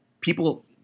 people